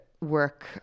work